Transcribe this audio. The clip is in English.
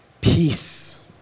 Peace